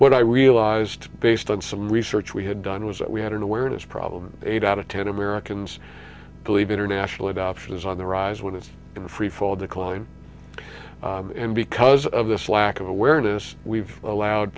what i realized based on some research we had done was that we had an awareness problem eight out of ten americans believe international adoption is on the rise when it's in freefall decline and because of this lack of awareness we've allowed